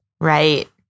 Right